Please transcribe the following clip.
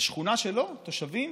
ובשכונה שלו תושבים